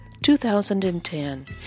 2010